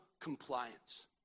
compliance